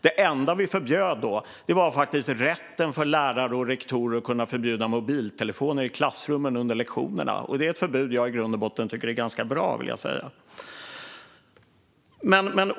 Det enda vi förbjöd då var faktiskt mobiltelefoner i klassrummen under lektionerna, det vill säga lärare och rektorer fick rätt att förbjuda mobiltelefoner i klassrummen under lektionerna. Det är ett förbud som jag i grund och botten tycker är ganska bra.